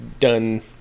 done